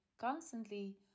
constantly